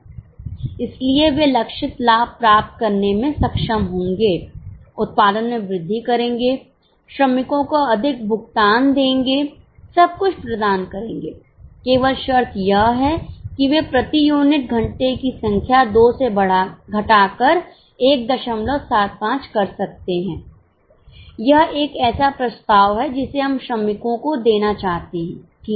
इसलिए वे लक्षित लाभ प्राप्त करने में सक्षम होंगे उत्पादन में वृद्धि करेंगे श्रमिकों को अधिक भुगतान देंगे सब कुछ प्रदान करेंगे केवल शर्त यह है की वे प्रति यूनिट घंटे की संख्या 2 से घटाकर 175 कर सकते हैं यह एक ऐसा प्रस्ताव है जिसे हम श्रमिकों को देना चाहते हैं ठीक है